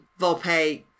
Volpe